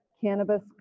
cannabis